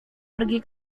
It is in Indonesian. pergi